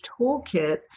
toolkit